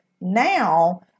now